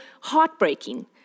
heartbreaking